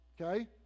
Okay